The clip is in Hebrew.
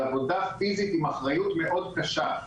זו עבודה פיזית עם אחריות מאוד קשה,